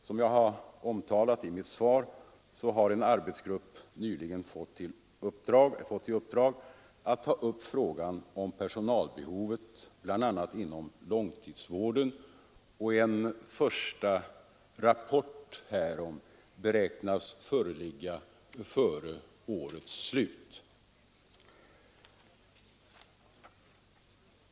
Som jag har omtalat i mitt svar har en arbetsgrupp nyligen fått i uppdrag att ta upp frågan om personalbehovet bl.a. inom långtidsvården. En första rapport härom beräknas föreligga före årets slut.